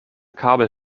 kabel